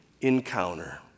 encounter